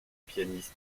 pianiste